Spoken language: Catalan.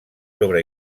sobre